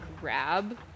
grab